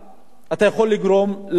ואם אתה עוצר ומזעיק עזרה,